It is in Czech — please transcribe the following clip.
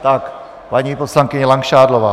Tak, paní poslankyně Langšádlová.